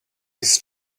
his